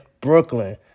Brooklyn